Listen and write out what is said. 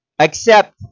accept